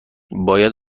باید